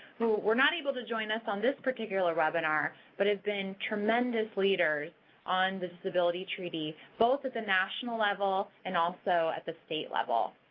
who were not able to join us on this particular webinar but have been tremendous leaders on the disability treaty both at the national level and also at the state level.